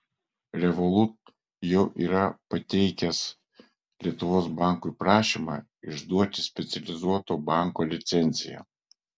revolut jau yra pateikęs lietuvos bankui prašymą išduoti specializuoto banko licenciją